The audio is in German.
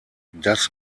das